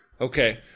Okay